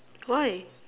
why